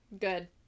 Good